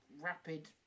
rapid